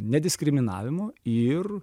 nediskriminavimo ir